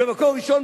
ב"מקור ראשון",